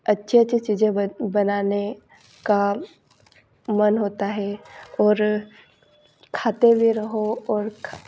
अच्छे अच्छे चीज़ें बन बनाने का मन होता है और खाते हुए रहो और